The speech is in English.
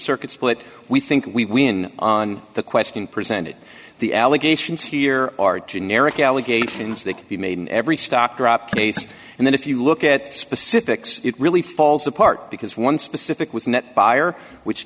circuit split we think we win on the question presented the allegations here are generic allegations they could be made in every stock drop case and then if you look at specifics it really falls apart because one specific was net buyer which